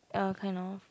ya kind of